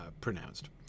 pronounced